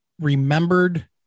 remembered